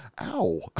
ow